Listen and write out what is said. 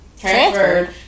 transferred